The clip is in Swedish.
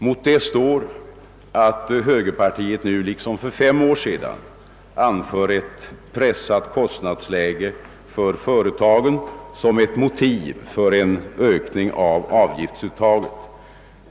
Mot detta står att högerpartiet nu, liksom för fem år sedan, anför ett pressat kostnadsläge för företagen såsom ett motiv mot en ökning av avgiftsuttaget.